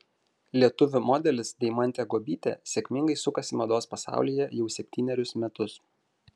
lietuvių modelis deimantė guobytė sėkmingai sukasi mados pasaulyje jau septynerius metus